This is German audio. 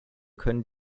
können